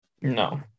No